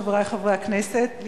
חברי חברי הכנסת,